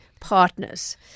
partners